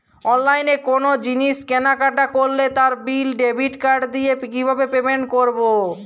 অনলাইনে কোনো জিনিস কেনাকাটা করলে তার বিল ডেবিট কার্ড দিয়ে কিভাবে পেমেন্ট করবো?